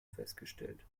festgestellt